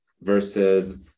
versus